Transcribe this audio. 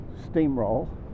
steamroll